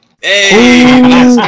Hey